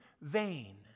vain